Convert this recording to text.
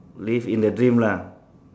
live in the dream lah